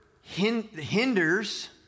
hinders